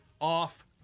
off